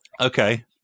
Okay